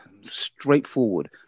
straightforward